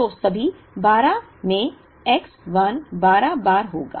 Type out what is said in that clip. तो सभी 12 में X 1 12 बार होगा